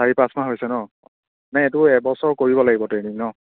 চাৰি পাঁচ মাহ হৈছে ন নাই এইটো এবছৰ কৰিব লাগিব ট্ৰেইনিং ন